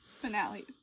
finale